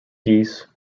geese